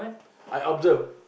I observe